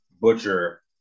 Butcher